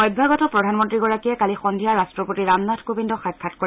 অভ্যাগত প্ৰধানমন্ত্ৰীগৰাকীয়ে কালি সন্ধিয়া ৰাষ্ট্ৰপতি ৰামনাথ কোবিন্দক সাক্ষাৎ কৰে